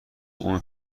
اون